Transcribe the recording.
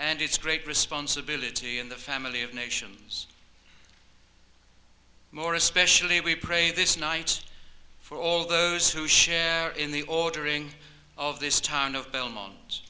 and its great responsibility in the family of nations more especially we pray this night for all those who share in the ordering of this town of belmont